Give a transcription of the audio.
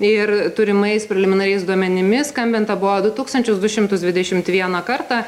ir turimais preliminariais duomenimis skambinta buvo du tūkstančius du šimtus dvidešimt vieną kartą kartą